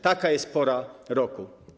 Taka jest pora roku”